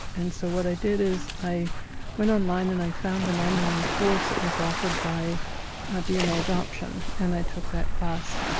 and so what i did is, i went online and found an online course that was offered by dna adoption and i took that class.